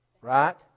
Right